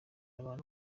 abantu